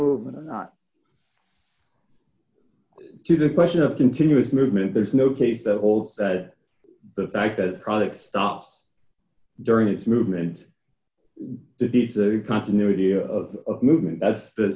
movement or not to the question of continuous movement there's no case that holds that the fact that a product stops during its movement to these the continuity of movement that's the